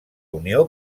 unió